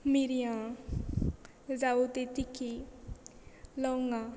मिरयां जावं ती तिकी लवंगां